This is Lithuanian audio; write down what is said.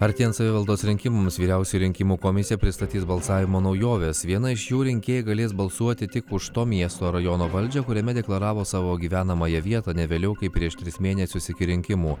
artėjant savivaldos rinkimams vyriausioji rinkimų komisija pristatys balsavimo naujoves viena iš jų rinkėjai galės balsuoti tik už to miesto rajono valdžią kuriame deklaravo savo gyvenamąją vietą ne vėliau kaip prieš tris mėnesius iki rinkimų